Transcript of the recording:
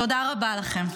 תודה רבה לכם.